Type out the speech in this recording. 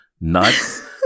nuts